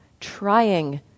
trying